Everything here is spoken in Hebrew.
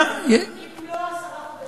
שנה, אם לא עשרה חודשים.